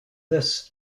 this